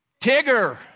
Tigger